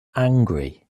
angry